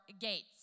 gates